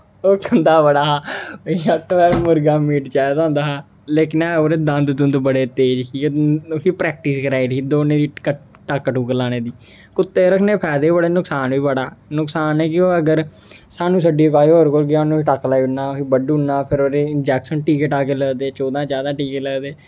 ओह् खंदा बड़ा हा उसी हफ्ता भर मुर्गे दा मीट चाहिदा होंदा हा लेकिन ओह्दे दंद दुंद बड़े तेज़ ही प्रेक्टिस कराई दी ही दौड़ने दी टक्क टुक्क लाने दी कुत्ता रखने दा फायदा बी बड़े न नुकसान बी बड़ा नुकसान एह् कि अगर सानूं छड्डिया होर कुसै गी टक्क लाई औना बड्ढी ओड़ना फिर ओह्दे इंजेक्शन टीके टाके लगदे चौदां चादां टीके लगदे